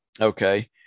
Okay